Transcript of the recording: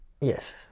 yes